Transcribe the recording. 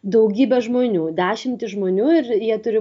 daugybė žmonių dešimtys žmonių ir jie turi